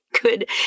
good